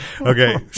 Okay